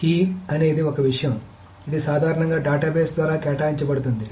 కానీ కీ అనేది ఒకే విషయం ఇది సాధారణంగా డేటాబేస్ ద్వారా కేటాయించబడుతుంది